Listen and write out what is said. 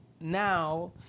now